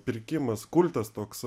pirkimas kultas toks